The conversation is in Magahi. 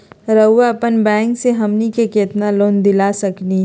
रउरा अपन बैंक से हमनी के कितना लोन दिला सकही?